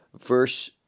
verse